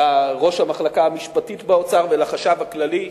לראש המחלקה המשפטית באוצר ולחשב הכללי,